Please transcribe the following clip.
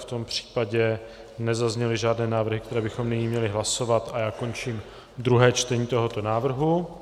V tom případě nezazněly žádné návrhy, které bychom nyní měli hlasovat, a já končím druhé čtení tohoto návrhu.